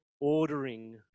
ordering